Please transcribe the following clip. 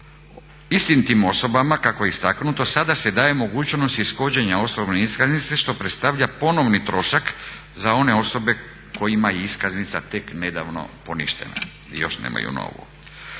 Istim tim osobama kako je istaknuto, sada se daje mogućnost ishođenja osobne iskaznice što predstavlja ponovni trošak za one osobe kojima je iskaznica tek nedavno poništena i još nemaju novu.